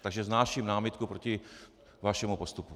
Takže vznáším námitku proti vašemu postupu.